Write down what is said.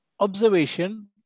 Observation